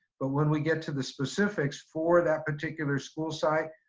but when we get to the specifics for that particular school site,